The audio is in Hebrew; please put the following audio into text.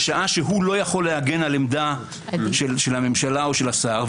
בשעה שהוא לא יכול להגן על עמדה של הממשלה או השר,